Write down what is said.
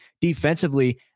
defensively